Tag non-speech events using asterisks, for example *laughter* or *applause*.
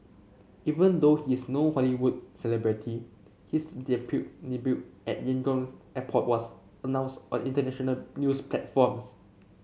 even though he is no Hollywood celebrity his *unintelligible* debut at Yangon airport was announced on international news platforms